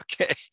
okay